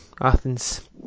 Athens